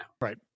Right